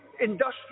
industrial